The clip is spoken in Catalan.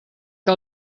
que